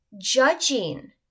judging